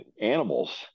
animals